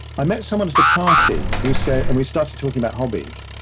i met someone at a party who said, and we started talking about hobbies,